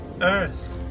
Earth